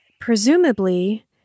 Presumably